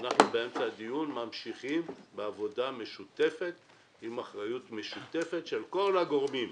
אנחנו ממשיכים בעבודה משותפת ובאחריות משותפת של כל הגורמים.